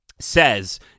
says